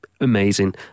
amazing